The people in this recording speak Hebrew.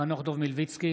נוכח מיכל מרים וולדיגר,